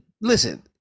Listen